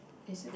is it